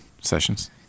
sessions